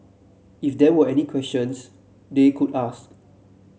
if there were any questions they could ask